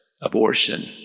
abortion